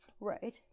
Right